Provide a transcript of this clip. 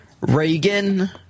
Reagan